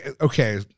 Okay